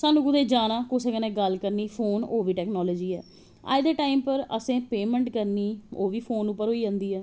साह्नू कुदै जाना फोन कन्नैं ओह् बी टैकनॉलजी ऐ अज्ज दे टाईम पर पेमैंट करनी ऐ ओह् बी फोन पर होई जंदी ऐ